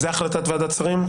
זו החלטת ועדת השרים?